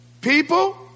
people